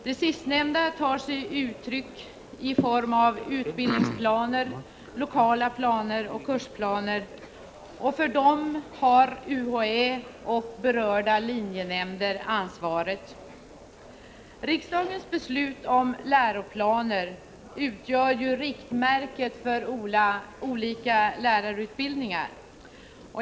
Det sistnämnda tar sig uttryck i form av utbildningsplaner, lokala planer och kursplaner. För dessa har UHÄ och berörda linjenämnder ansvaret. Riksdagens beslut om läroplaner utgör riktmärket för olika lärarutbildningar.